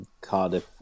Cardiff